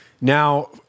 Now